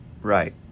right